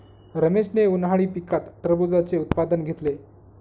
रमेशने उन्हाळी पिकात टरबूजाचे उत्पादन घेतले